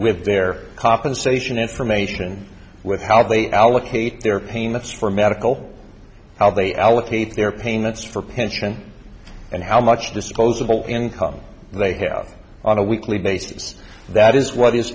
with their compensation information with how they allocate their pain that's for medical how they allocate their payments for pension and how much disposable income they have on a weekly basis that is what is